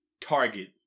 Target